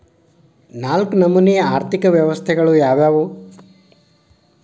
ನಾಲ್ಕು ನಮನಿ ಆರ್ಥಿಕ ವ್ಯವಸ್ಥೆಗಳು ಯಾವ್ಯಾವು?